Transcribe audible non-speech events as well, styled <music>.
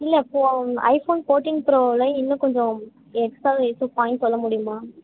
இல்லை ஃபோ iPhone fourteen ப்ரோவில இன்னும் கொஞ்சம் எக்ஸ்ட்ரா <unintelligible> பாயிண்ட்ஸ் சொல்ல முடியுமா